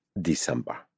December